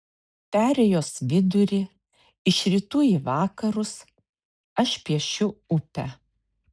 perėjos vidurį iš rytų į vakarus aš piešiu upę